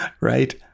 right